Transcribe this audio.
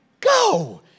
go